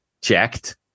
checked